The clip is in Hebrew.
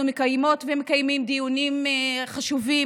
אנחנו מקיימות ומקיימים דיונים חשובים